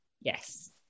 Yes